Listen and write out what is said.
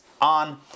on